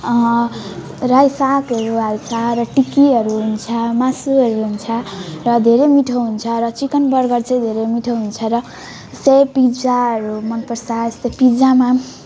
रायो सागहरू हाल्छा र टिकीहरू हुन्छ मासुहरू हुन्छ र धेरै मिठो हुन्छ र चिकन बर्गर चाहिँ धेरै मिठो हुन्छ र सो पिज्जाहरू मन पर्छ पिज्जामा